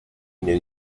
new